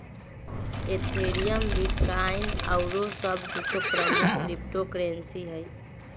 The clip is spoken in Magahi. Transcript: एथेरियम, बिटकॉइन आउरो सभ कुछो प्रमुख क्रिप्टो करेंसी हइ